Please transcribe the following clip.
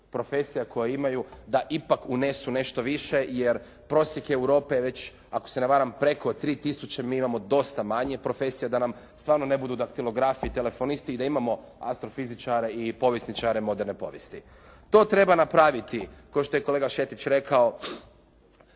profesija koje imaju da ipak unesu nešto više, jer prosjek Europe je već ako se ne varam preko 3 tisuće, mi imamo dosta manje profesija, da nam stvarno ne budu daktilografi i telefonisti i da imamo astrofizičare i povjesničare moderne povijesti. To treba napraviti kao što je kolega Šetić rekao